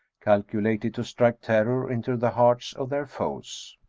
cal culated to strike terror into the hearts of their foes.